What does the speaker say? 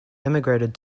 emigrated